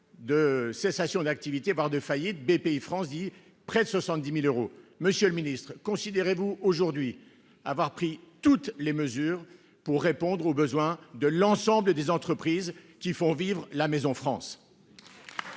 de cessation d'activité, voire de faillite Bpifrance dit près de 70.000 euros. Monsieur le Ministre, considérez-vous aujourd'hui avoir pris toutes les mesures pour répondre aux besoins de l'ensemble des entreprises qui font vivre la maison France.